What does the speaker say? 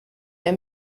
der